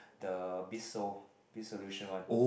the Biz Solution one